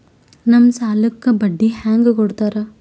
ನಮ್ ಸಾಲಕ್ ಬಡ್ಡಿ ಹ್ಯಾಂಗ ಕೊಡ್ತಾರ?